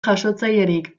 jasotzailerik